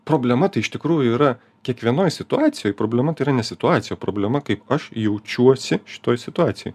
problema tai iš tikrųjų yra kiekvienoj situacijoj problema tai yra ne situacija o problema kaip aš jaučiuosi šitoj situacijoj